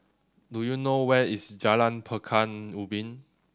do you know where is Jalan Pekan Ubin